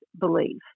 believe